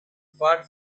far